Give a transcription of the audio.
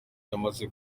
yamaze